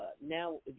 now